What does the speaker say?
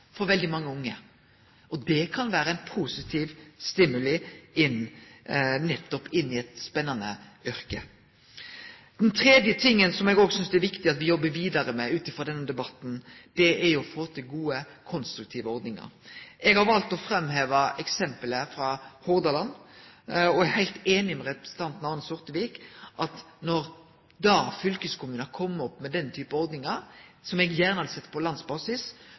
mange unge. Det kan vere ein positiv stimuli inn i nettopp eit spennande yrke. Det tredje eg òg synest det er viktig at me jobbar vidare med ut frå denne debatten, er å få til gode, konstruktive ordningar. Eg har valt å framheve eksempelet frå Hordaland, og eg er heilt einig med representanten Arne Sortevik i at da fylkeskommunen kom opp med den type ordning, som eg gjerne hadde sett på landsbasis,